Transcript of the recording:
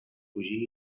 fugir